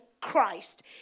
Christ